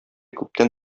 күптән